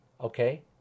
okay